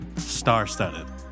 star-studded